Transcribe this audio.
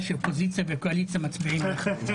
שקואליציה ואופוזיציה מצביעים יחדיו.